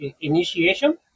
initiation